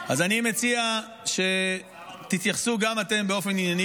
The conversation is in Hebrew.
אז אני מציע שתתייחסו גם אתם באופן ענייני,